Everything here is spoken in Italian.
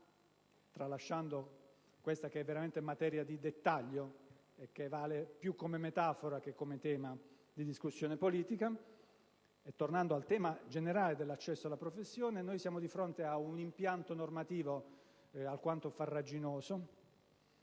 tralasciando questa che è veramente materia di dettaglio e che vale più come metafora che come tema di discussione politica e tornando al tema generale dell'accesso alla professione, siamo di fronte ad un impianto normativo alquanto farraginoso,